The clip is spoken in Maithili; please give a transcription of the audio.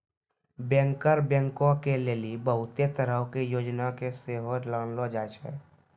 बैंकर बैंको के लेली बहुते तरहो के योजना के सेहो लानलो जाय छै